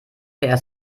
per